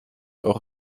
auch